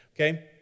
okay